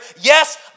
Yes